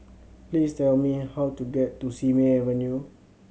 please tell me how to get to Simei Avenue